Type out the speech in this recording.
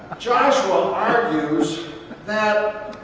joshua argues that